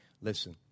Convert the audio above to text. Listen